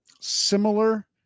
similar